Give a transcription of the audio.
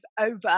over